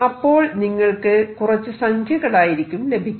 അപ്പോൾ നിങ്ങൾക്ക് കുറച്ചു സംഖ്യകളായിരിക്കും ലഭിക്കുന്നത്